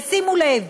ושימו לב,